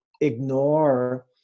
ignore